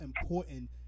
important